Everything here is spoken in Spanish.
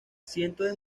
cientos